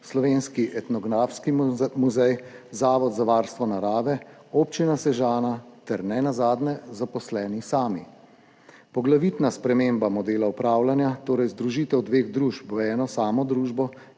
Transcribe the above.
Slovenski etnografski muzej, Zavod za varstvo narave, Občina Sežana ter nenazadnje zaposleni sami. Poglavitna sprememba modela upravljanja, torej združitev dveh družb v eno samo družbo,